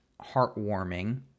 heartwarming